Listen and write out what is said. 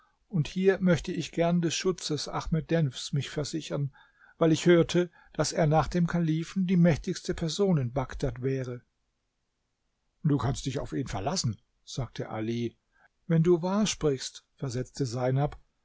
und hier möchte ich gern des schutzes ahmed denfs mich versichern weil ich hörte daß er nach dem kalifen die mächtigste person in bagdad wäre du kannst dich auf ihn verlassen sagte ali wenn du wahr sprichst versetzte seinab